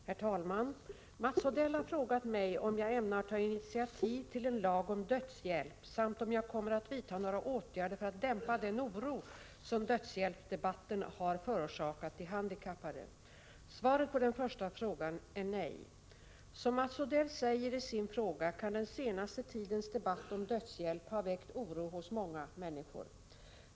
Herr talman! Mats Odell har frågat mig om jag ämnar ta initiativ till en lag om dödshjälp samt om jag kommer att vidta några åtgärder för att dämpa den oro som dödshjälpsdebatten har förorsakat de handikappade. Svaret på den första frågan är nej. Som Mats Odell säger i sin fråga, kan den senaste tidens debatt om dödshjälp ha väckt oro hos många människor.